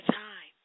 time